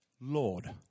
Lord